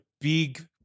big